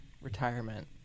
retirement